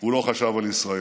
הוא לא חשב על ישראל.